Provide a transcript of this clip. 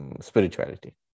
spirituality